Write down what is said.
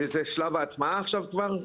זה שלב ההטמעה עכשיו כבר,